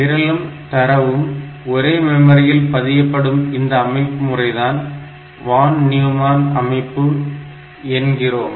நிரலும் தரவும் ஒரே மெமரியில் பதியப்படும் இந்த அமைப்பு முறை தான் வான் நியூமேன் அமைப்பு முறை என்கிறோம்